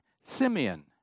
Simeon